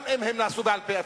גם אם הם נעשו בעל-פה,